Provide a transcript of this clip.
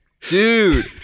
Dude